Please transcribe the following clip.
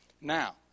Now